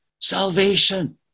salvation